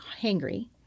hangry